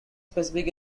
specific